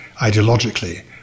ideologically